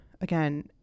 again